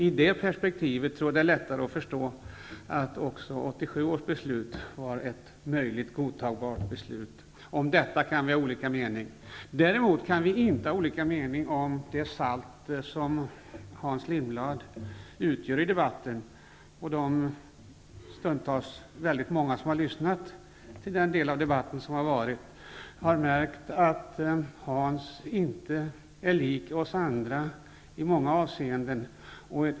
I det perspektivet tror jag att det är lättare att förstå att också 1987 års beslut var ett godtagbart beslut. Om detta kan vi ha olika mening. Däremot kan vi inte ha olika mening om det salt som Hans Lindblad utgör i debatten. De stundtals väldigt många som har lyssnat till den del av debatten som har varit har märkt att Hans Lindblad i många avseenden inte är lik oss andra.